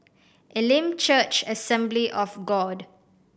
Elim Church Assembly of God